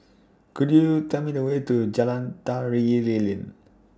Could YOU Tell Me The Way to Jalan Tari Lilin